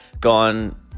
gone